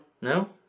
No